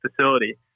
facility